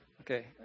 Okay